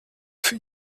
für